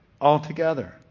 altogether